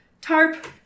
tarp